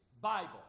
Bible